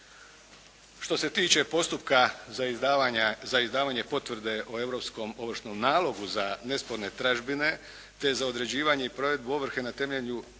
Što se tiče postupka za izdavanje potvrde o europskom ovršnom nalogu za nesporne tražbine te za određivanje i provedbu ovrhe na temelju